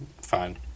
Fine